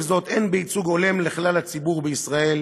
זאת הן בייצוג הולם לכלל הציבור בישראל